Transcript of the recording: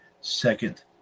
Second